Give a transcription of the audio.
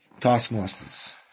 taskmasters